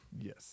Yes